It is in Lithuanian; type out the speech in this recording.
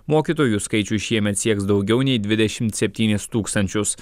mokytojų skaičius šiemet sieks daugiau nei dvidešimt septynis tūkstančius